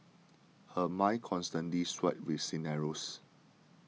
her mind constantly swirled with scenarios